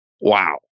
wow